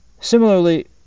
Similarly